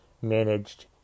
managed